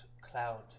cloud